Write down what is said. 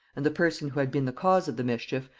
and the person who had been the cause of the mischief,